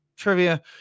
trivia